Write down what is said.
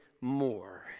more